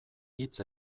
hitz